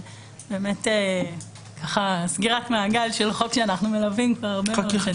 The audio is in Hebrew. ובאמת זאת סגירת מעגל של חוק שאנחנו מלווים כבר הרבה מאוד שנים.